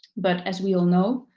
but as we all know,